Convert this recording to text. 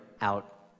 out